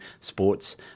Sports